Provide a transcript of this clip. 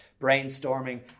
brainstorming